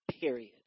period